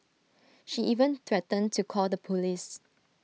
she even threatened to call the Police